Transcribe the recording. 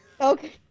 Okay